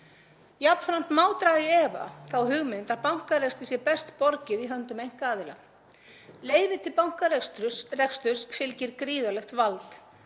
Jafnframt má draga í efa þá hugmynd að bankarekstri sé best borgið í höndum einkaaðila. Leyfi til bankareksturs fylgir gríðarlegt vald,